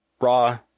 Raw